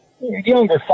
younger